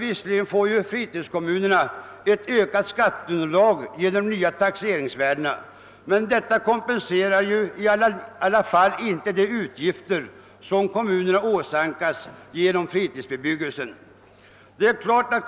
Visserligen får fritidskommunerna ett ökat skatteunderlag genom de nya taxeringsvärdena, men detta kompenserar ändå inte kommunerna för de utgifter som fritidsbebyggelsen åsamkar dem.